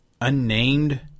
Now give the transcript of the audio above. unnamed